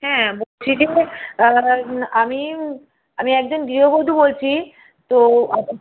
হ্যাঁ বলছি যে আমি আমি একজন গৃহবধূ বলছি তো